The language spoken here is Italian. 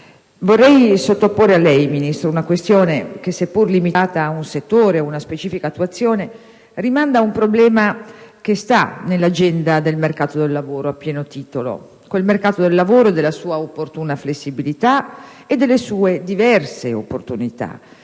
vorrei sottoporre al Ministro una questione che, seppur limitata ad un settore, ad una specifica attuazione, rimanda ad un problema che sta a pieno titolo nell'agenda del mercato del lavoro, della sua opportuna flessibilità e delle sue diverse opportunità.